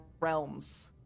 realms